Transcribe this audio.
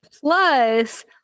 plus